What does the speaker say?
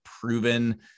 proven